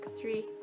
Three